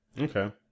Okay